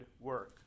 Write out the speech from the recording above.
work